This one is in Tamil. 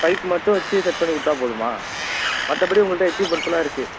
பைப் மட்டும் வச்சு செட் பண்ணி கொடுத்தா போதுமா மற்றபடி உங்கள்கிட்ட எக்யூப்மென்ட்ஸெலாம் இருக்குது